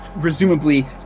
presumably